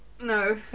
No